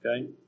Okay